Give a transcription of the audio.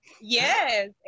Yes